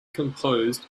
composed